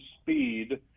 speed